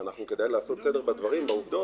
וכדאי לעשות סדר בעובדות,